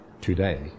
today